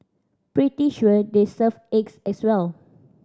pretty sure they serve eggs as well